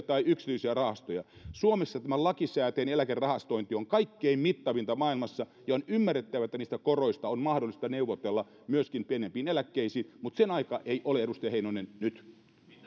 tai yksityisiä rahastoja suomessa tämä lakisääteinen eläkerahastointi on kaikkein mittavinta maailmassa ja on ymmärrettävä että niistä koroista on mahdollista neuvotella myöskin pienempiin eläkkeisiin mutta sen aika ei ole edustaja heinonen nyt